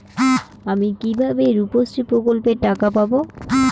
আমি কিভাবে রুপশ্রী প্রকল্পের টাকা পাবো?